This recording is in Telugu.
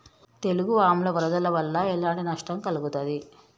తెగులు ఆమ్ల వరదల వల్ల ఎలాంటి నష్టం కలుగుతది?